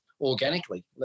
organically